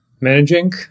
managing